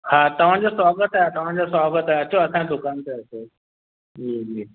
हा तव्हांजो स्वागत आहे तव्हांजो स्वागत आहे अचो असांजे दुकान ते अचो जी जी